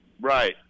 Right